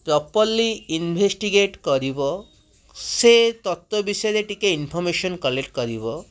properly investigate କରିବ ସେ ତତ୍ତ୍ୱ ବିଷୟରେ ଟିକିଏ ଇନଫର୍ମମେସନ୍ କଲେଟ୍ କରିବ